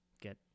Get